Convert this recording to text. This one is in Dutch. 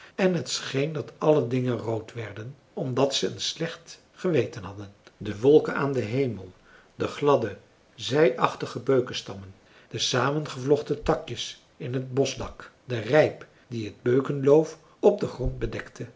en het scheen dat alle dingen rood werden omdat ze een slecht geweten hadden de wolken aan den hemel de gladde zij achtige beukenstammen de zamengevlochten takjes in het boschdak de rijp die t beukenloof op den grond bedekte